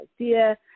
idea